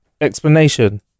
explanation